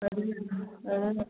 ꯑꯗꯨꯗꯨꯅ ꯑꯗꯨꯅ